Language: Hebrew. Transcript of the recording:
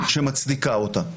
שמצדיקה אותה.